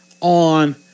on